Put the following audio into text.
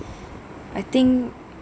I think